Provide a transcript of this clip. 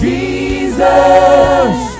Jesus